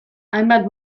hainbat